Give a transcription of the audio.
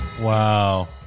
Wow